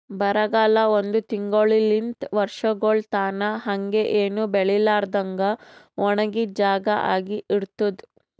ಬರಗಾಲ ಒಂದ್ ತಿಂಗುಳಲಿಂತ್ ವರ್ಷಗೊಳ್ ತನಾ ಹಂಗೆ ಏನು ಬೆಳಿಲಾರದಂಗ್ ಒಣಗಿದ್ ಜಾಗಾ ಆಗಿ ಇರ್ತುದ್